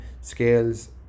scales